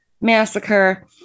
Massacre